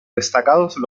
destacados